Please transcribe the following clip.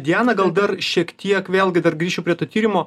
diana gal dar šiek tiek vėlgi dar grįšiu prie to tyrimo